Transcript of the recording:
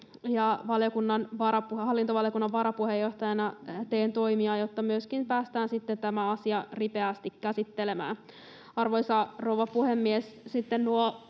Hallintovaliokunnan varapuheenjohtajana teen toimia, jotta myöskin päästään sitten tämä asia ripeästi käsittelemään. Arvoisa rouva puhemies! Sitten